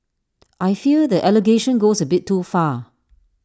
I fear that allegation goes A bit too far